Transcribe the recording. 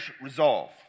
resolve